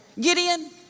Gideon